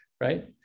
right